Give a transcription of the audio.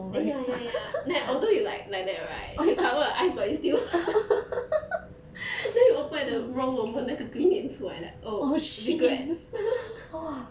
eh ya ya ya like although you like like that right you cover your eyes but you still then you open at the wrong moment 那个鬼脸出来 like oh regret